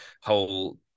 whole